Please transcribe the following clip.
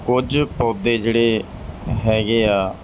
ਕੁਝ ਪੌਦੇ ਜਿਹੜੇ ਹੈਗੇ ਆ